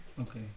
okay